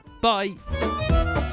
Bye